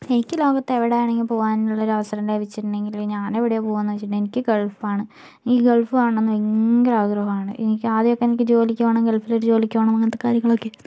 എനിക്ക് ലോകത്ത് എവിടെയാണെങ്കിലും പോകാനുള്ളൊരു അവസരം ലഭിച്ചിട്ടുണ്ടെങ്കിൽ ഞാനെവിടെയാണ് പോവുകയെന്നു വെച്ചിട്ടുണ്ടെങ്കിൽ എനിക്ക് ഗൾഫാണ് എനിക്ക് ഗൾഫ് കാണണമെന്ന് ഭയങ്കര ആഗ്രഹമാണ് എനിക്ക് ആദ്യമൊക്കെ എനിക്ക് ജോലിക്ക് പോകണം ഗൾഫിലൊരു ജോലിക്ക് പോകണം അങ്ങനത്തെ കാര്യങ്ങളൊക്കെയാണ്